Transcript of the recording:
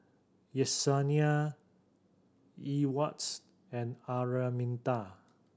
Yesenia Ewart and Araminta